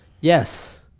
yes